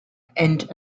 and